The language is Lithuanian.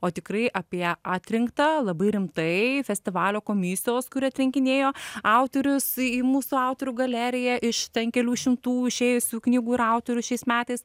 o tikrai apie atrinktą labai rimtai festivalio komisijos kuri atrinkinėjo autorius į mūsų autorių galeriją iš ten kelių šimtų išėjusių knygų ir autorių šiais metais